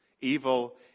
Evil